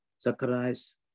Zacharias